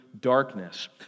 darkness